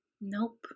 Nope